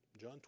John